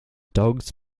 dogs